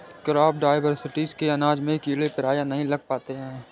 crop diversity से अनाज में कीड़े प्रायः नहीं लग पाते हैं